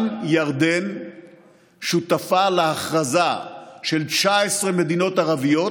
גם ירדן שותפה להכרזה של 19 מדינות ערביות